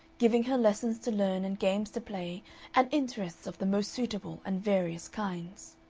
giving her lessons to learn and games to play and interests of the most suitable and various kinds.